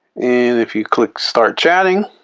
if you click start chatting